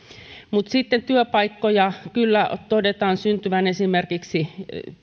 mutta sitten työpaikkoja todetaan syntyvän esimerkiksi